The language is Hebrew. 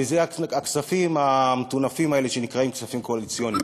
ואלה הכספים המטונפים האלה שנקראים כספים קואליציוניים.